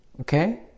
okay